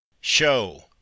Show